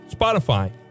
Spotify